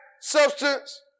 substance